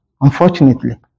Unfortunately